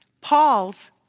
Paul's